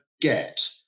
get